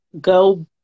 go